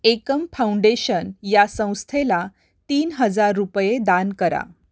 एकम foundation या संस्थेला तीन हजार रुपये दान करा